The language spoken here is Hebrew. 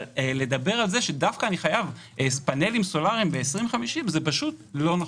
אבל לדבר על זה שדווקא אני חייב פנלים סולריים ב-2050 זה פשוט לא נכון.